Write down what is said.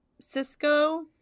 cisco